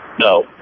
No